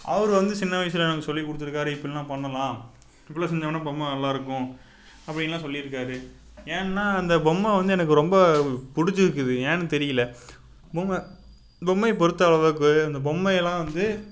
அவர் வந்து சின்ன வயசில் எனக்கு சொல்லிக் கொடுத்துருக்காரு இப்பிடில்லாம் பண்ணலாம் இப்படில்லாம் செஞ்சோம்னால் பொம்மை நல்லா இருக்கும் அப்படின்லாம் சொல்லி இருக்கார் ஏன்னா அந்த பொம்மை வந்து எனக்கு ரொம்ப பிடிச்சிருக்குது ஏன்னு தெரியலை பொம்மை பொம்மையை பொருத்த அளவுக்கு இந்த பொம்மையெல்லாம் வந்து